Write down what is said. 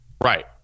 Right